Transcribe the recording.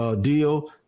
deal